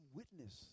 witness